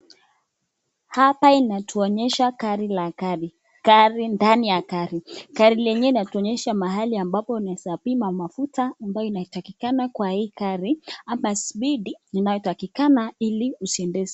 Hapa inatuonyesha gari la gari, gari ndani ya gari. Gari lenyewe linatuonyesha mahali ambapo unaweza pima mafuta ambayo inatakikana kwa hii gari ama spidi inayotakikana ili usiendeshe.